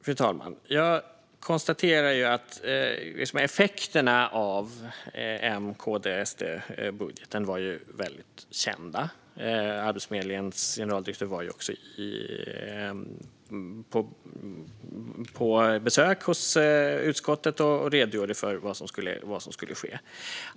Fru talman! Jag konstaterar att effekterna av M, KD och SD-budgeten var kända. Arbetsförmedlingens generaldirektör var på besök hos utskottet och redogjorde för vad som skulle ske.